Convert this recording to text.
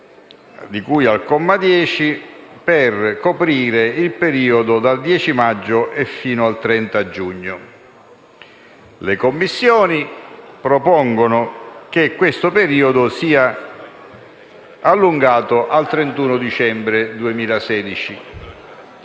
di cui al comma 10, per coprire il periodo dal 10 maggio al 30 giugno. Le Commissioni riunite propongono che questo periodo sia allungato al 31 dicembre 2016.